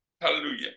hallelujah